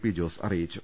P Jose അറിയിച്ചു